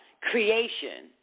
creation